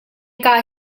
kah